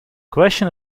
question